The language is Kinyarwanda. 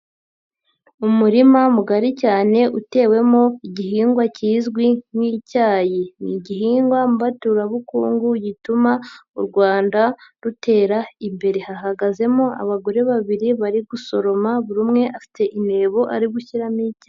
Umurima mugari cyane, utewemo igihingwa kizwi nk'icyayi, ni igihingwa mbaturabukungu gituma u Rwanda rutera imbere, hahagazemo abagore babiri bari gusoroma, buri umwe afite intebo ari gushyiramo icyayi.